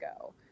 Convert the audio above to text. go